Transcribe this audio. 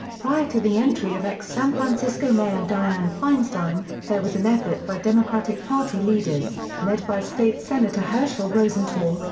prior to the entry of ex-san francisco mayor dianne feinstein, there was an effort by democratic party leaders, led by state senator herschel rosenthal,